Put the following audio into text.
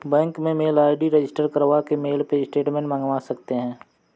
bank में mail ID register करवा के मेल पे स्टेटमेंट मंगवा सकते है